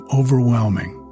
overwhelming